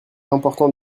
importante